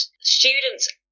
students